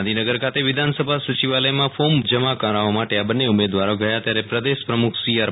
ગાંધીનગર ખાતે વિધાનસભા સચિવાલય માં ફોર્મ જમા કરવવા માટે આ બંને ઉમેદવાર ગયા ત્યારે પ્રદેશ પ્રમુખ સીઆર